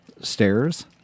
stairs